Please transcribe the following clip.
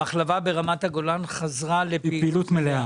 המחלבה ברמת הגולן חזרה לפעילות מלאה?